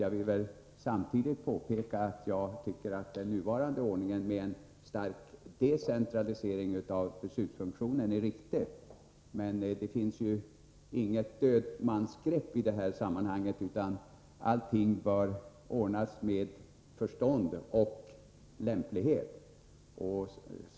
Samtidigt vill jag påpeka att jag tycker att den nuvarande ordningen med en stark decentralisering av beslutsfunktionen är riktig. Men det finns ju inget död mans grepp i detta sammanhang, utan allt bör ordnas med förstånd och med beaktande av vad som är lämpligt.